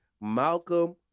Malcolm